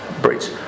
bridge